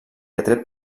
atret